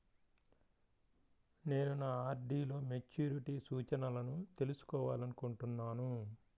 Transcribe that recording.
నేను నా ఆర్.డీ లో మెచ్యూరిటీ సూచనలను తెలుసుకోవాలనుకుంటున్నాను